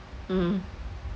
mmhmm